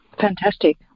Fantastic